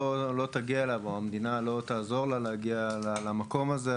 תגיע אליו או המדינה לא תעזור לה להגיע למקום הזה,